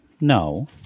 no